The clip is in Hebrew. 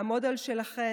לעמוד על שלכן,